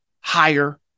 higher